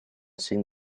cinc